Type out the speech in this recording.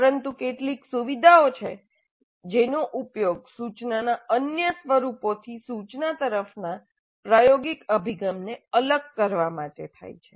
પરંતુ કેટલીક સુવિધાઓ છે જેનો ઉપયોગ સૂચનાના અન્ય સ્વરૂપોથી સૂચના તરફના પ્રાયોગિક અભિગમને અલગ કરવા માટે થાય છે